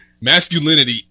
masculinity